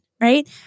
right